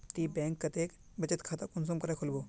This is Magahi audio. ती बैंक कतेक बचत खाता कुंसम करे खोलबो?